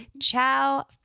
ciao